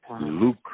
Luke